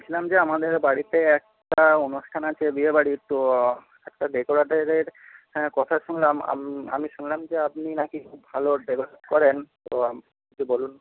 বলছিলাম যে আমাদের বাড়িতে একটা অনুষ্ঠান আছে বিয়েবাড়ির তো একটা ডেকরেটারের হ্যাঁ কথা শুনলাম আম আমি শুনলাম যে আপনি নাকি খুব ভালো ডেকরেট করেন তো বলুন